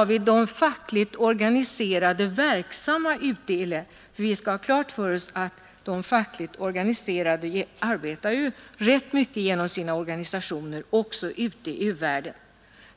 och de fackligt organiserade verksamma ute i de olika länderna. Vi skall nämligen ha klart för oss att de fackligt organiserade genom sina förbund också arbetar rätt mycket ute i världen.